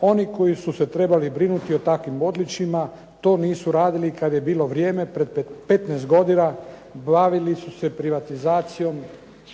"Oni koji su se trebali brinuti o takvim odličjima to nisu radili kad je bilo vrijeme prije 15 godina, bavili su se privatizacijom